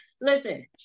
Listen